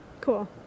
cool